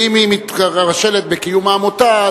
שאם היא מתרשלת בקיום העמותה,